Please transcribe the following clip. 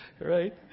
right